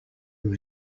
who